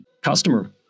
customer